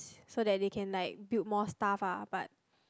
so that they can like build more stuff ah but